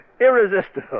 irresistible